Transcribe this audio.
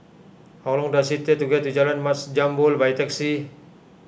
how long does it take to get to Jalan Mat Jambol by taxi